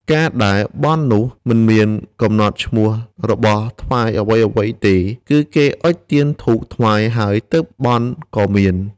ការដែលបន់នោះ មិនមានកំណត់ឈ្មោះរបស់ថ្វាយអ្វីៗទេ គឺគេអុជទៀនធូបថ្វាយហើយទើបបន់ក៏មាន